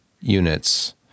units